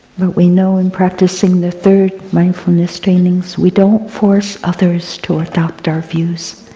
but we know in practicing the third mindfulness training we don't force others to adopt our views.